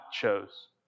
chose